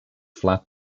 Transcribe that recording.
flat